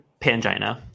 Pangina